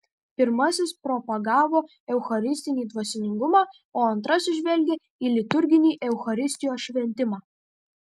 pirmasis propagavo eucharistinį dvasingumą o antrasis žvelgė į liturginį eucharistijos šventimą